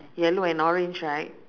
yellow and orange right